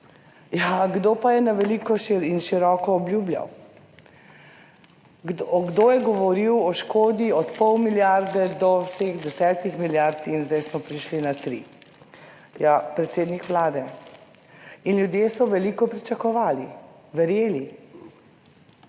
kdo pa je na veliko in široko obljubljal? Kdo je govoril o škodi, od pol milijarde do vseh desetih milijard in zdaj smo prišli na tri? Ja, predsednik Vlade. In ljudje so veliko pričakovali, verjeli,